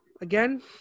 again